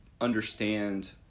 understand